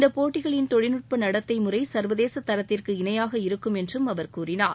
இந்த போட்டிகளின் தொழில்நுட்ப நடத்தை முறை சர்வதேச தத்திற்கு இணையாக இருக்கும் என்றும் அவர் கூறினார்